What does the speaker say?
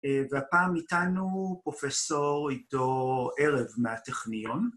והפעם איתנו פרופסור עידו ערב מהטכניון